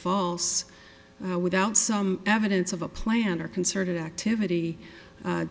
false without some evidence of a plan or concerted activity